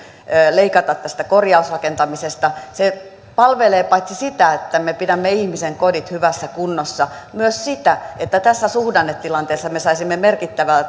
leikata tästä korjausrakentamisesta se palvelee paitsi sitä että me pidämme ihmisten kodit hyvässä kunnossa myös sitä että tässä suhdannetilanteessa me saisimme merkittävällä